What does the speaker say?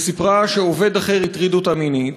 וסיפרה שעובד אחר הטריד אותה מינית,